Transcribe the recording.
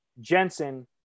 Jensen